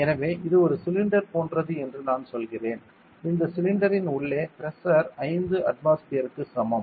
எனவே இது ஒரு சிலிண்டர் போன்றது என்று நான் சொல்கிறேன் இந்த சிலிண்டரின் உள்ளே பிரஷர் 5 அட்மாஸ்பியர்க்கு சமம்